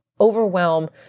overwhelm